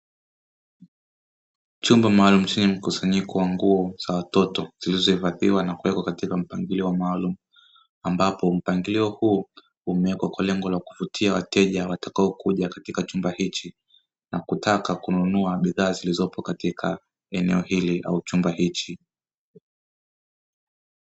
Chumba maalum chenye mkusanyiko wa nguo za watoto, zilizohifadhiwa na kuwekwa katika mpangilio maalum, ambapo mpangilio huu umeekwa kwa ajili ya lengo la kuvutia wateja watakaokuja katika chumba hichi, nakutaka kununua bidhaa zilizopo katika eneo hili au chumba hichi.